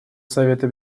совета